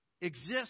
exist